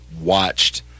watched